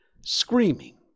screaming